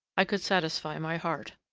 i could satisfy my heart.